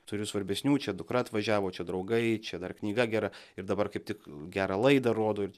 turiu svarbesnių čia dukra atvažiavo čia draugai čia dar knyga gera ir dabar kaip tik gerą laidą rodo ir